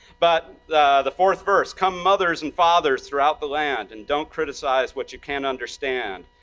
but, the the fourth verse come mothers and fathers throughout the land, and don't criticize what you can't understand.